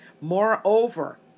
moreover